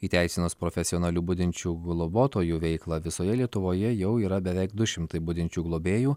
įteisinus profesionalių budinčių globotojų veiklą visoje lietuvoje jau yra beveik du šimtai budinčių globėjų